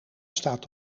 staat